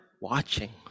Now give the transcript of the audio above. watching